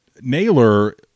Naylor